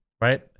right